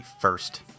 first